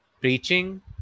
preaching